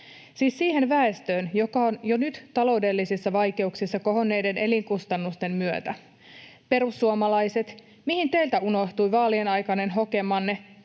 siis siihen väestöön, joka on jo nyt taloudellisissa vaikeuksissa kohonneiden elinkustannusten myötä. Perussuomalaiset, mihin teiltä unohtui vaalien aikainen hokemanne